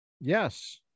Yes